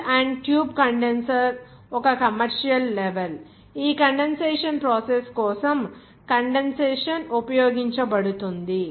shell and tube condenser ఒక commercial level ఈ condensation process కోసం కండెన్సషన్ ఉపయోగించబడుతుంది